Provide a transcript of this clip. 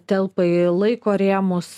telpa į laiko rėmus